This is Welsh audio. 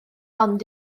ond